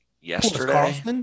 yesterday